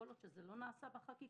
כל עוד זה לא נעשה בחקיקה,